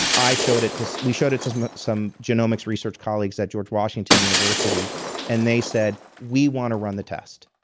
i showed it to, we showed it to some genomics research colleagues at george washington university and they said, we want to run the test.